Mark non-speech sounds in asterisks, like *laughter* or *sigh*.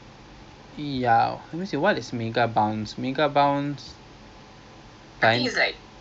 *noise* twelve dollars I'm not too sure tapi worth it seh twelve dollars *noise*